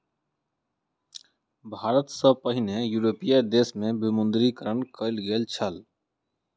भारत सॅ पहिने यूरोपीय देश में विमुद्रीकरण कयल गेल छल